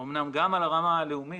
אמנם גם על הרמה הלאומית,